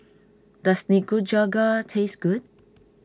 does Nikujaga taste good